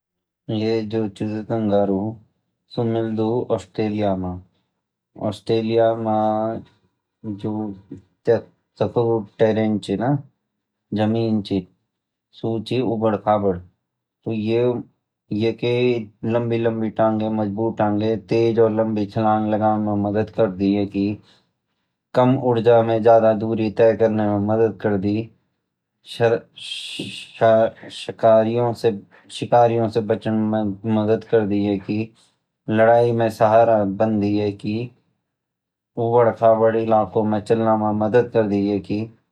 ये जो चु कंगारू सु मिल्दु ऑस्ट्रेलिया मई ऑस्ट्रोलीअ मई जो ट्रैन ची न जम्मीं ची सु ची उबड़ खाबड़ यैके लम्बी लम्बीलम्बी टंगे मजबूत टंगे तेज़ और ोरलम्बी छलांग लगाने मई मदत करदी यैकि कम ऊर्जा में ज़ादा दुरी तये करने मई मदत करदिकृदि यैकि लड़ाई मई सहरी बनती यैकि उबड़ खाबड़ माँ मदत करदी